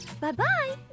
Bye-bye